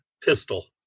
pistol